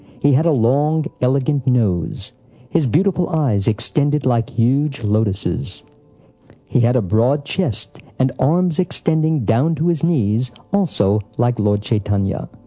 he had a long, elegant nose his beautiful eyes extended like huge lotuses he had a broad chest and arms extending down to his knees, also like lord chaitanya.